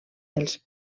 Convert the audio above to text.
els